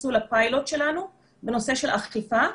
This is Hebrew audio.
שנכנסו לפיילוט שלנו בנושא של אכיפה.